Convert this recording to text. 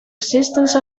existence